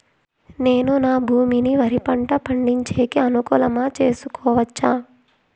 నేను నా భూమిని వరి పంట పండించేకి అనుకూలమా చేసుకోవచ్చా?